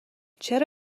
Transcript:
چرا